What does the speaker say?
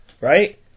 Right